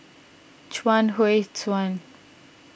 Chuang Hui Tsuan